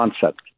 concept